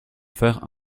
faire